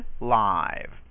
live